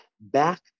back